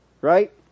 right